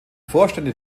vorstände